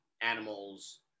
animals